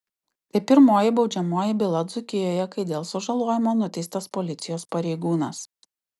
tai pirmoji baudžiamoji byla dzūkijoje kai dėl sužalojimo nuteistas policijos pareigūnas